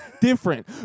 different